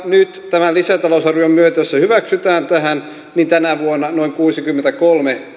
nyt tämän lisätalousarvion myötä jos se hyväksytään tähän tänä vuonna noin kuusikymmentäkolme